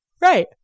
right